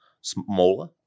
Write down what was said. smaller